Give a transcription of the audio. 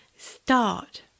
Start